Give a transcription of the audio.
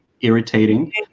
irritating